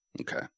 okay